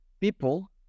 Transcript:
people